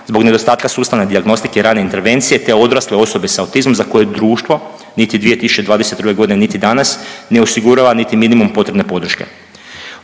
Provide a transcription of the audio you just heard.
zbog nedostatka sustavne dijagnostike i rane intervencije te odrasle osobe s autizmom za koje društvo niti 2022. godine niti danas ne osigurava niti minimum potrebne podrške.